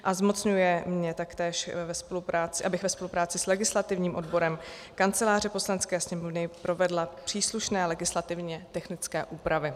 A zmocňuje mě taktéž, abych ve spolupráci s legislativním odborem Kanceláře Poslanecké sněmovny provedla příslušné legislativně technické úpravy.